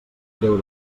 greu